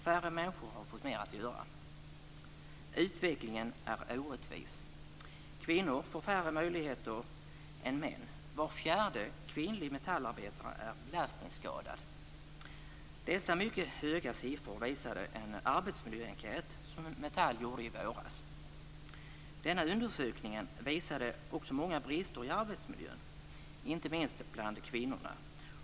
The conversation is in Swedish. Färre människor har fått mer att göra. Utvecklingen är orättvis. Kvinnor får färre möjligheter än män. Var fjärde kvinnlig metallarbetare är belastningsskadad. En arbetsmiljöenkät som Metall gjorde i våras visar på mycket höga siffror. Undersökningen visar också på många brister i arbetsmiljön, inte minst bland kvinnor.